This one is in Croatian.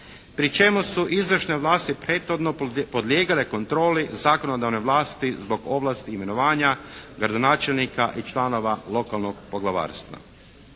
pri čemu su izvršne vlasti prethodno podlijegale kontroli zakonodavne vlasti zbog ovlasti imenovanja gradonačelnika i članova lokalnog poglavarstva.